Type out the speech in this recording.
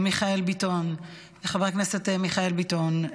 חבר הכנסת מיכאל ביטון,